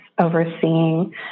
overseeing